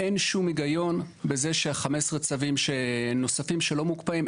אין שום היגיון בזה שה-15 צווים הנוספים שלא מוקפאים,